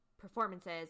performances